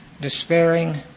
despairing